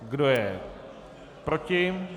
Kdo je proti?